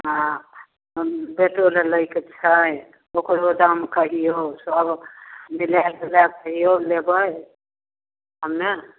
हँ हम बेटोलए लैके छै ओकरो दाम कहिऔ सब बिलाएल तिलाएल तैओ लेबै हमे